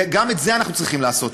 וגם את זה אנחנו צריכים לעשות.